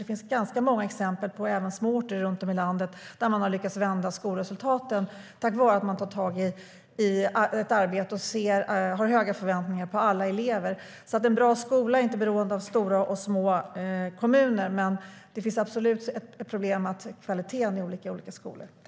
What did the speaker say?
Det finns ganska många exempel även på små orter runt om i landet där man lyckats vända skolresultaten tack vare att man tar tag i ett arbete och har höga förväntningar på alla elever. En bra skola är inte beroende av om det är en stor eller liten kommun. Men det finns absolut ett problem i att kvaliteten är olika i olika skolor.